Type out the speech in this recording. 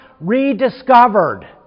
rediscovered